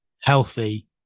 healthy